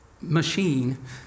machine